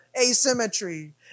asymmetry